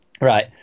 right